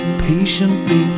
patiently